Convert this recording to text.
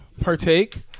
partake